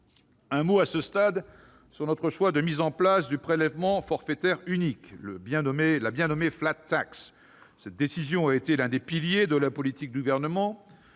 Un mot, à ce stade, sur le choix de mettre en place le prélèvement forfaitaire unique, ou PFU, la bien nommée. Cette décision a été l'un des piliers de la politique du Gouvernement.